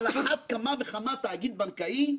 על אחת כמה וכמה תאגיד בנקאי,